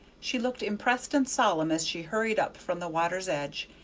she looked impressed and solemn as she hurried up from the water's edge,